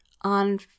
on